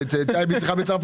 אצל טייב אתם צריכים בצרפתית,